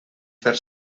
fer